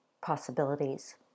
possibilities